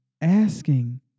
asking